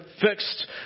fixed